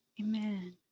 Amen